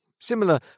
Similar